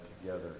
Together